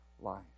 life